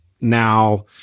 now